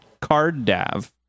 CardDAV